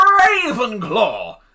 Ravenclaw